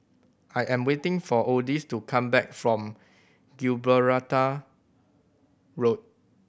I am waiting for Odis to come back from Gibraltar Road